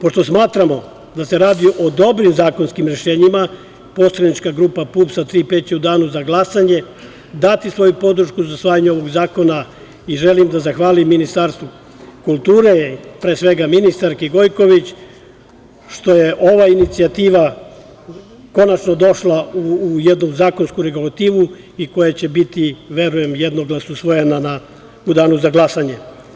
Pošto smatramo da se radi o dobrim zakonskim rešenjima, poslanička grupa PUPS- „Tri P“ će u Danu za glasanje dati svoju podršku za usvajanje ovog zakona i želim da zahvalim Ministarstvu kulture, pre svega ministarki Gojković što je ova inicijativa konačno došla u jednu zakonsku regulativu i koja će biti, verujem, jednoglasno usvojena u Danu za glasanje.